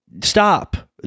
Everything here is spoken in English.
Stop